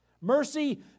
Mercy